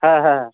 ᱦᱟ ᱦᱟ